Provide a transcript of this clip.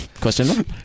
Question